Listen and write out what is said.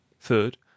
Third